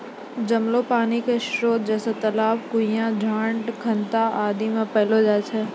जमलो पानी क स्रोत जैसें तालाब, कुण्यां, डाँड़, खनता आदि म पैलो जाय छै